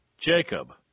Jacob